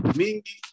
mingi